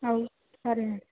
అయి సరే